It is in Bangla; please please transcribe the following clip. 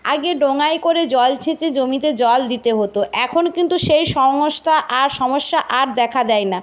আগে ডোঙায় করে জল ছেঁচে জমিতে জল দিতে হতো এখন কিন্তু সেই সংস্থা আর সমস্যা আর দেখা দেয় না